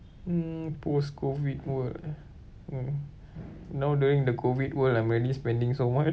mm post COVID world ah mm now during the COVID world I'm already spending so much